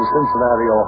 Cincinnati